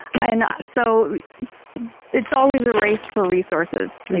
and so it's always a race for resources, like,